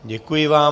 Děkuji vám.